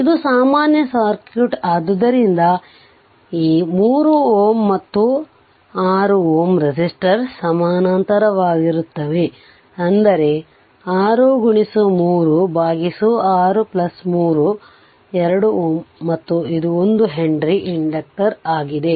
ಇದು ಸಮಾನ ಸರ್ಕ್ಯೂಟ್ ಆದ್ದರಿಂದ ಈ 3 Ω ಮತ್ತು 6 Ω ರೆಸಿಸ್ಟರ್ ಸಮಾನಾಂತರವಾಗಿರುತ್ತವೆಅಂದರೆ 6 3 6 3 2 Ω ಮತ್ತು ಇದು 1 henry ಇಂಡಕ್ಟರ್ ಆಗಿದೆ